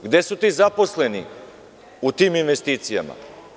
Gde su ti zaposleni u tim investicijama?